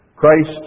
Christ